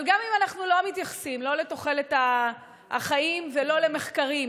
אבל גם אם אנחנו לא מתייחסים לא לתוחלת החיים ולא למחקרים,